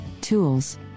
tools